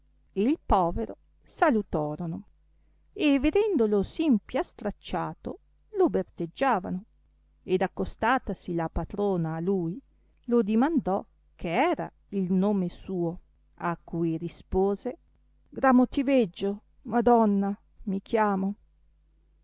il povero salutorono e vedendolo sì impiastracciato lo berteggiavano ed accostatasi la patrona a lui lo dimandò che era il nome suo a cui rispose gramotiveggio madonna mi chiamo